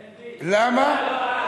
למה?